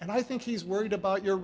and i think he's worried about your